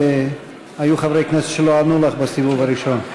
האם היו חברי כנסת שלא ענו לך בסיבוב הראשון?